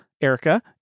Erica